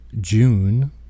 June